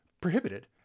prohibited